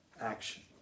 action